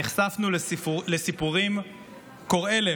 נחשפנו לסיפורים קורעי לב.